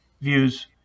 views